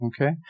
Okay